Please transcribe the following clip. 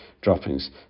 droppings